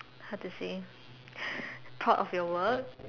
how to say proud of your work